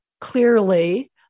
Clearly